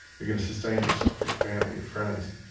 you're going to sustain yourself, your family, your friends.